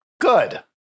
Good